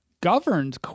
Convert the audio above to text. governed